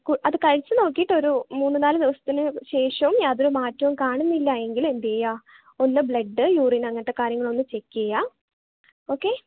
അത് കഴിച്ച് നോക്കിയിട്ട് ഒരു മൂന്ന് നാല് ദിവസത്തിന് ശേഷവും യാതൊരു മാറ്റവും കാണുന്നില്ല എങ്കിൽ എന്ത് ചെയ്യുക ഒന്ന് ബ്ലഡ് യൂറിൻ അങ്ങനത്തെ കാര്യങ്ങളൊന്ന് ചെക്ക് ചെയ്യുക ഓക്കെ